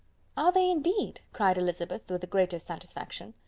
are they indeed! cried elizabeth, with the greatest satisfaction.